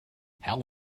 how